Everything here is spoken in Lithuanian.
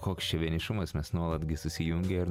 koks čia vienišumas mes nuolat gi susijungę ir